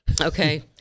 Okay